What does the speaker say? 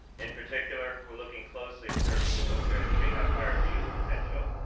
in particular, we're looking closely at certain opioids that may have higher abuse potential,